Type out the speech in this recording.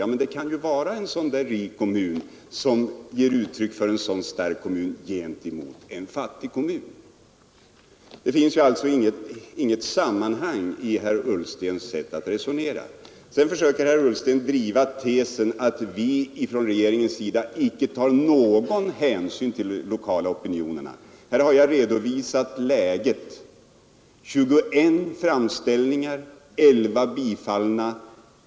Ja, men det kan ju då vara fråga om en rik kommun, som ger uttryck för en stark opinion gentemot en fattig kommun. Det finns alltså inget sammanhang i herr Ullstens sätt att resonera. Herr Ullsten försöker sedan driva tesen att regeringen icke tar någon hänsyn till de lokala opinionerna. Jag har här redovisat läget. 21 framställningar — 11 bifallna.